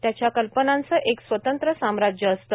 त्यांच्या कल्पनांचे एक स्वतंत्र साम्राज्य असते